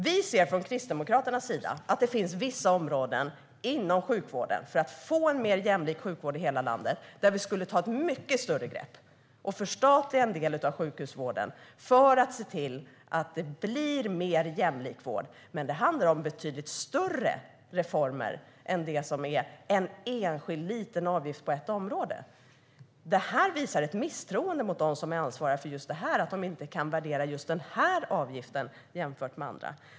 För att få en mer jämlik sjukvård i hela landet ser vi från Kristdemokraternas sida att det finns vissa områden inom sjukvården där vi borde ta ett mycket större grepp och förstatliga en del av sjukhusvården. Men det handlar om betydligt större reformer än en enskild liten avgift på ett område. Det här visar ett misstroende mot dem som är ansvariga för detta och att man inte tror att de kan värdera just den här avgiften jämfört med andra.